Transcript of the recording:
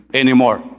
anymore